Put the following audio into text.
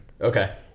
Okay